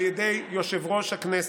על ידי יושב-ראש הכנסת.